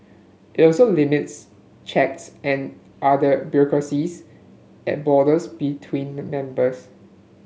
it also limits checks and other bureaucracies at borders between the members